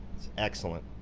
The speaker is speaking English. excellent.